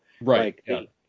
Right